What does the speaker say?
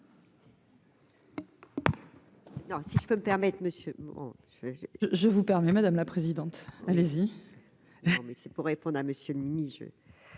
si je peux me permettre, monsieur je je vous permets, madame la présidente, allez-y, non mais c'est pour répondre à Monsieur mini-je